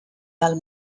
del